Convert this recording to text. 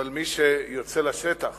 אבל מי שיוצא לשטח